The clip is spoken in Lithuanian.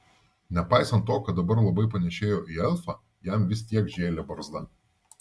nepaisant to kad dabar labai panėšėjo į elfą jam vis tiek žėlė barzda